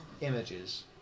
images